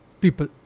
people